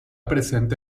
presente